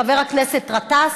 חבר הכנסת גטאס,